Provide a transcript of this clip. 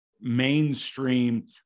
mainstream